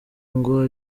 ngo